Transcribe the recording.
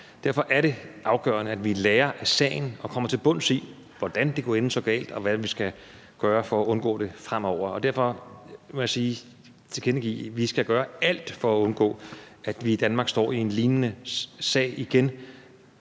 Derfor er det afgørende, at vi lærer af sagen og kommer til bunds i, hvordan det kunne ende så galt, og hvad vi skal gøre for at undgå det fremover. Og derfor vil jeg tilkendegive, at vi skal gøre alt for at undgå, at vi i Danmark står med en lignende sag igen.